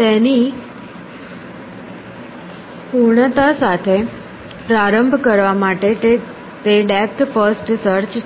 તેની પૂર્ણતા સાથે પ્રારંભ કરવા માટે તે ડેપ્થ ફર્સ્ટ સર્ચ છે